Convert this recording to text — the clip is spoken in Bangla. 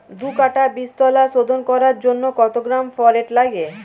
দু কাটা বীজতলা শোধন করার জন্য কত গ্রাম ফোরেট লাগে?